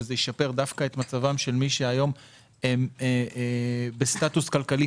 זה ישפר דווקא את מצבם של מי שהיום נמצאים בסטטוס כלכלי